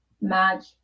match